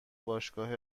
باشگاه